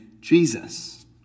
Jesus